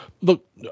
look